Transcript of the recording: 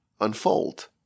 unfold